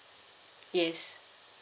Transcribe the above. yes